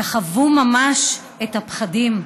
תחוו ממש את הפחדים.